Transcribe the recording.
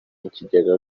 mukigega